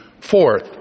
Fourth